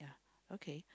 okay